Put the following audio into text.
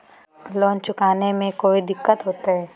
Loan चुकाने में कोई दिक्कतों होते?